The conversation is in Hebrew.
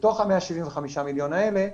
בתוך ה-175 מיליון האלה,